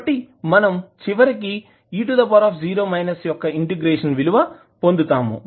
కాబట్టి మనం చివరికి e0 యొక్క ఇంటిగ్రేషన్ విలువ పొందుతాము మరియు దీని విలువ 1 అవుతుంది